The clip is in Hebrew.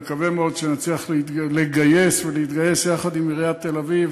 אני מקווה מאוד שנצליח לגייס ולהתגייס יחד עם עיריית תל-אביב